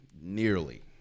nearly